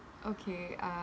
okay uh